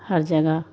हर जगह